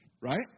right